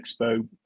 expo